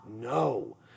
No